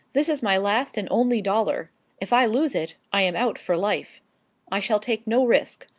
this is my last and only dollar if i lose it, i am out for life i shall take no risk.